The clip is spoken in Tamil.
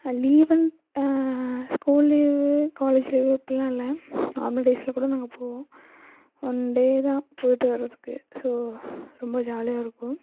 லீவுன் ஸ்கூல் லீவு காலேஜ் லீவு அப்படிலாம் இல்லை நார்மல் டேஸில் கூட நாங்கள் போவோம் ஒன் டே தான் போயிட்டு வர்றதுக்கு ஸோ ரொம்ப ஜாலியாக இருக்கும்